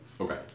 Okay